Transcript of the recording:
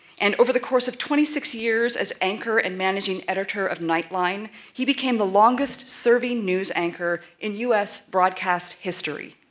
and, over the course of twenty six years as anchor and managing editor of nightline, he became the longest-serving news anchor in u s. broadcast history.